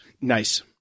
Nice